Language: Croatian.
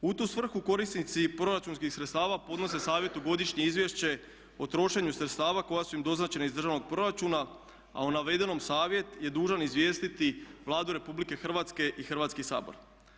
U tu svrhu korisnici proračunskih sredstava podnose Savjetu godišnje izvješće o trošenju sredstava koja su im doznačena iz državnog proračuna, a o navedenom Savjet je dužan izvijestiti Vladu Republike Hrvatske i Hrvatski sabor.